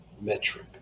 metric